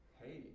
hey